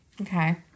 Okay